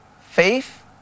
faith